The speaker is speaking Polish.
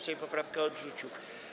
Sejm poprawkę odrzucił.